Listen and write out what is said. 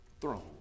throne